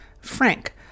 Frank